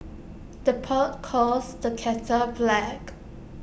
the pot calls the kettle black